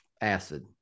acid